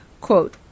quote